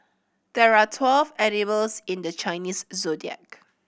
there are twelve animals in the Chinese Zodiac